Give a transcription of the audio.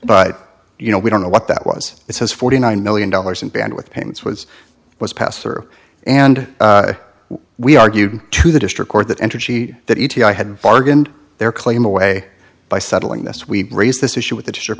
but you know we don't know what that was it has forty nine million dollars in bandwidth payments was was passed through and we argued to the district court that entergy that e t i had bargained their claim away by settling this we raised this issue with the district